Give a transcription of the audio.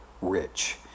rich